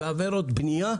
ועבירות בנייה,